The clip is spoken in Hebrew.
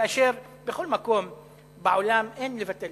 כאשר בכל מקום בעולם אין לבטל.